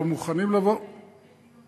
לא "מוכנים לבוא" ------ יש דיון.